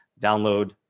download